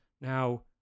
Now